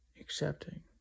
accepting